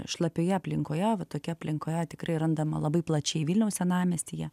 šlapioje aplinkoje va tokioje aplinkoje tikrai randama labai plačiai vilniaus senamiestyje